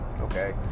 okay